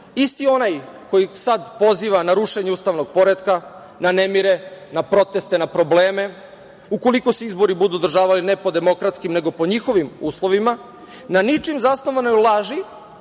isti onaj koji sada poziva na rušenje ustavnog poretka, na nemire, na proteste, na probleme, ukoliko se izbori budu održavali ne po demokratskim nego po njihovim uslovima, na ničim zasnovanoj laži,